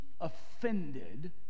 offended